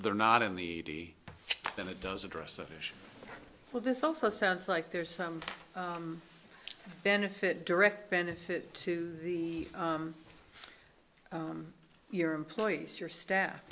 they're not in the then it does address that issue well this also sounds like there's some benefit direct benefit to the your employees your staff